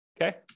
okay